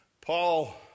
Paul